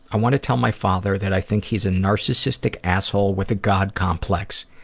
i want to tell my father that i think he is a narcissistic asshole with a god complex.